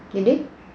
can they